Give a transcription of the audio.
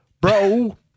Bro